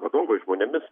vadovais žmonėmis